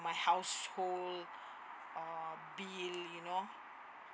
for my household uh bill you know